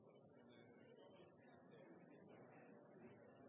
for det første, å ta opp de